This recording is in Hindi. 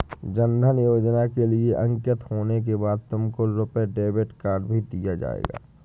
जन धन योजना के लिए अंकित होने के बाद तुमको रुपे डेबिट कार्ड भी दिया जाएगा